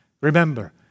Remember